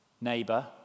neighbor